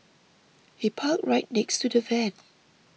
he parked right next to the van